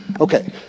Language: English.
Okay